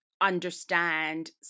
understand